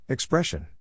Expression